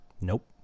Nope